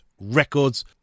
Records